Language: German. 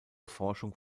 forschung